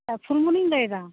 ᱯᱷᱩᱞᱢᱚᱱᱤᱧ ᱞᱟᱹᱭᱮᱫᱟ